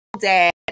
dad